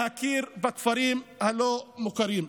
להכיר בכפרים הלא-מוכרים.